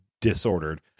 disordered